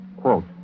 Quote